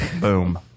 boom